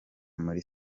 muli